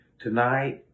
tonight